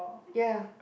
ya